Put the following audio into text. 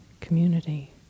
community